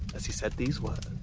as he said these words,